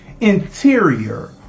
Interior